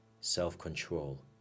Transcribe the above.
self-control